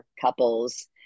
couples